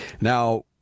Now